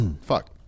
Fuck